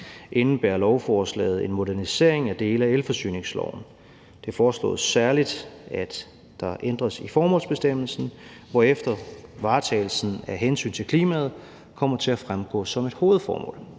indebærer lovforslaget en modernisering af dele af elforsyningsloven. Det foreslås særligt, at der ændres i formålsbestemmelsen, hvorefter varetagelsen af hensynet til klimaet kommer til at fremgå som et hovedformål.